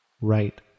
right